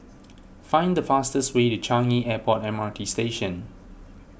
find the fastest way to Changi Airport M R T Station